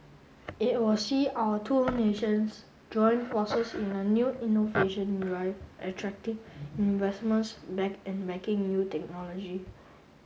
it will see our two nations join forces in a new innovation drive attracting investments back and backing new technology